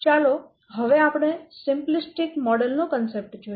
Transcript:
ચાલો હવે આપણે સિમ્પ્લિસ્ટિક મોડેલ નો કન્સેપ્ટ જોઈએ